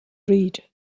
read